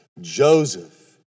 Joseph